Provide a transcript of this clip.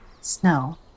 Snow